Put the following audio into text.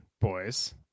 boys